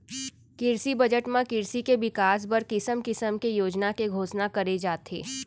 किरसी बजट म किरसी के बिकास बर किसम किसम के योजना के घोसना करे जाथे